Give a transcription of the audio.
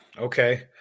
Okay